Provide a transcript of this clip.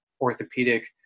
orthopedic